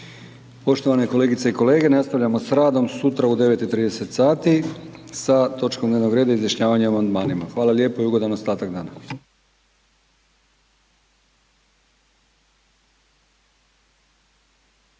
Poštovane kolegice i kolege, nastavljamo s radom sutra u 9,30 sati sa točkom dnevnog reda Izjašnjavanje o amandmanima. Hvala lijepa i ugodan ostatak dana.